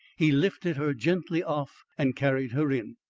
he lifted her gently off and carried her in.